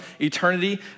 eternity